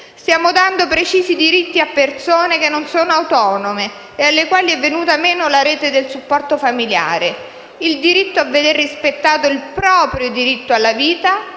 Stiamo dando precisi diritti a persone che non sono autonome e alle quali è venuta meno la rete del supporto familiare, il diritto a veder rispettato il proprio diritto alla vita